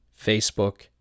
Facebook